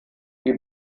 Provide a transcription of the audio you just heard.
die